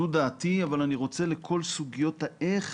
זו דעתי אבל אני רוצה לכל סוגיות ה-איך